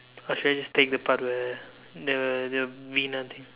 or should I just take the part where the the winner thing